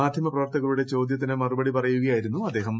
മാധ്യൂമ് പ്രവർത്തകരുടെ ചോദ്യത്തിന് മറുപടി പറയുകയായിരുന്നു അദ്ദേഹം